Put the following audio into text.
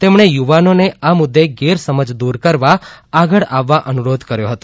તેમણે યુવાનોને આ મુદ્દે ગેરસમજ દૂર કરવા આગળ આવવા અનુરોધ કર્યો હતો